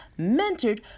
mentored